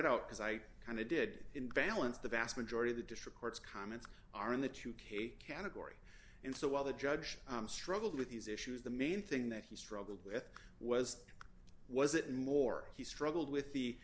as i kind of did in vallance the vast majority of the district courts comments are in the two k category and so while the judge struggled with these issues the main thing that he struggled with was was it more he struggled with the